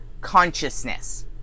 consciousness